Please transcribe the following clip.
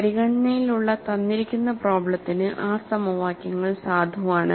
പരിഗണനയിലുള്ള തന്നിരിക്കുന്ന പ്രോബ്ലെത്തിന് ആ സമവാക്യങ്ങൾ സാധുവാണ്